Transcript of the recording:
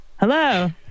Hello